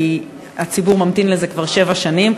כי הציבור ממתין לזה כבר שבע שנים,